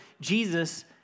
Jesus